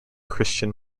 christian